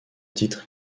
titre